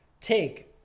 take